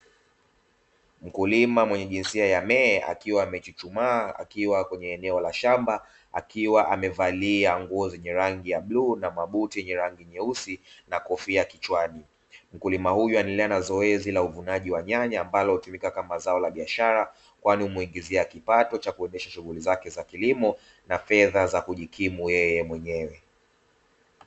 Mkulima mwenye jinsia ya kiume akiwa amechuchumaa, akiwa kwenye eneo la shamba akiwa amevalia nguo zenye rangi ya bluu na mabuti yenye rangi nyeusi, na kofia kichwani mkulima huyu anaendelea na zoezi la uvunaji wa nyanya ambalo hutumika kama zao la biashara, kwani humwingizia kipato cha kuendesha shughuli zake za kilimo, na fedha za kujikimu yeye mwenyewe.